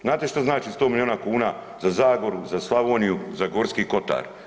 Znate šta znači 100 miliona kuna za Zagoru, za Slavoniju, za Gorski kotar.